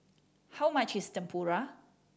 how much is Tempura